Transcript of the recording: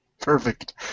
Perfect